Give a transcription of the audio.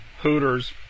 Hooters